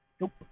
Nope